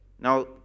Now